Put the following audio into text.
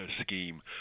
scheme